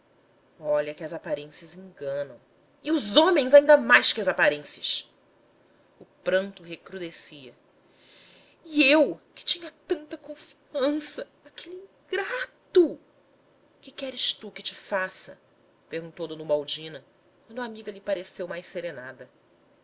olha que as aparências enganam e os homens ainda mais que as aparências o pranto recrudescia e eu que tinha tanta confian an ça naquele ingra a to que queres tu que te faça perguntou d ubaldina quando a amiga lhe pareceu mais serenada